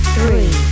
Three